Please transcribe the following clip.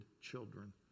children